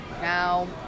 Now